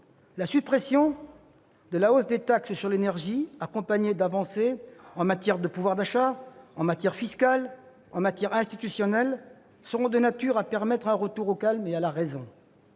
La suppression de la hausse des taxes sur l'énergie, accompagnée d'avancées en matière de pouvoir d'achat, en matière fiscale, en matière institutionnelle, sera de nature à permettre un retour au calme et à la raison.